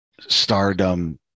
stardom